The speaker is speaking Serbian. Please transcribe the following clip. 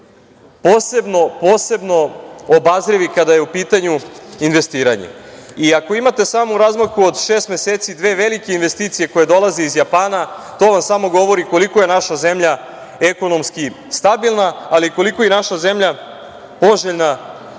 investitori posebno obazrivi kada je u pitanju investiranje.I ako imate samo u razmaku od šest meseci dve velike investicije koje dolaze iz Japana, to vam samo govori koliko je naša zemlja ekonomski stabilna, ali i koliko je naša zemlja poželjna